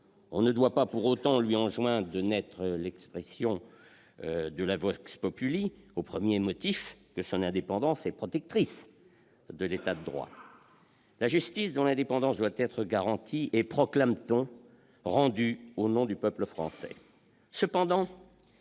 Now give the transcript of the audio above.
on ne doit pas lui enjoindre de n'être que l'expression de la au premier motif que son indépendance est protectrice de l'État de droit. La justice, dont l'indépendance doit être garantie, est, proclame-t-on, rendue au nom du peuple français.